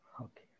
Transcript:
Okay